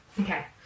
Okay